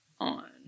on